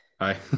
hi